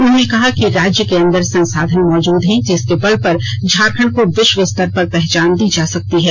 उन्होंने कहा कि राज्य के अंदर संसाधन मौजूद हैं जिसके बल पर झारखण्ड को विश्व स्तर पर पहचान दी जा सकती है